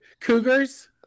Cougars